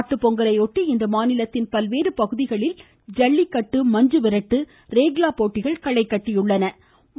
மாட்டுப்பொங்கலை ஒட்டி இன்று மாநிலத்தின் பல்வேறு பகுதிகளில் ஜல்லிக்கட்டு மஞ்சுவிரட்டு ரேக்ளா போட்டிகள் களைகட்டியுள்ளன